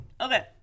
Okay